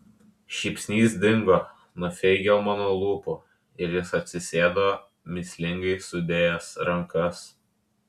šypsnys dingo nuo feigelmano lūpų ir jis atsisėdo mįslingai sudėjęs rankas